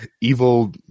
Evil